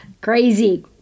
Crazy